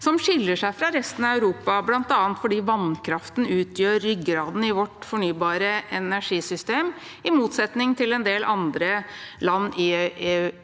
som skiller seg fra resten av Europa, bl.a. fordi vannkraften utgjør ryggraden i vårt fornybare energisystem, i motsetning til en del andre land i